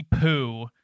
poo